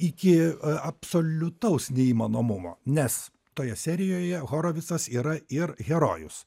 iki absoliutaus neįmanomumo nes toje serijoje horovicas yra ir herojus